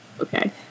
Okay